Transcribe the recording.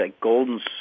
Golden